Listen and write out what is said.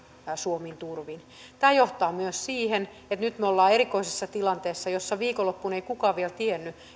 suomin turvin tämä johtaa myös siihen että nyt me olemme erikoisessa tilanteessa jossa viikonloppuna ei kukaan vielä tiennyt